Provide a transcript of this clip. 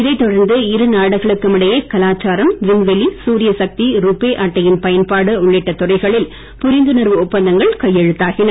இதைத் தொடர்ந்து இரு நாடுகளுக்கும் இடையே கலாச்சாரம் விண்வெளி சூரியசக்தி ருபே அட்டையின் பயன்பாடு உள்ளிட்ட துறைகளில் புரிந்துணர்வு ஒப்பந்தங்கள் கையெழுத்தாகின